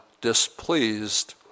displeased